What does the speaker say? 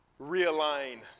realign